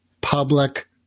public